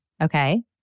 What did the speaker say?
Okay